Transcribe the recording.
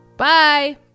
Bye